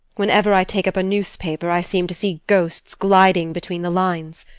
whenever i take up a newspaper, i seem to see ghosts gliding between the lines.